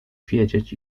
wiedzieć